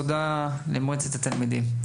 תודה למועצת התלמידים.